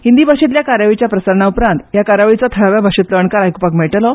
हिंदी भाषेतल्या कार्यावळीच्या प्रसारणा उपरांत ह्या कार्यावळीचो थळाव्या भाषेतलो अणकार आयकुपाक मेळटलो